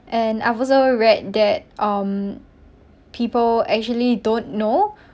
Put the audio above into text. and I've also read that um people actually don't know